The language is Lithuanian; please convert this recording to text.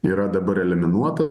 yra dabar eliminuota